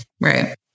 Right